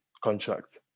contract